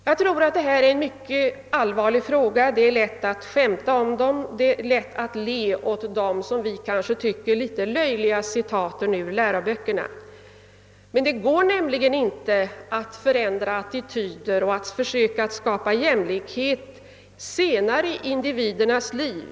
Jag tror att detta är en mycket allvarlig fråga. Det är lätt att skämta om och le åt de som vi kanske tycker litet löjliga citaten ur läroböckerna, men det är allvarligt ty det går inte att förändra attityder och att försöka skapa jämlikhet senare i individernas liv.